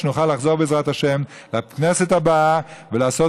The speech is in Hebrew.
שנוכל לחזור בעזרת השם לכנסת הבאה ולעשות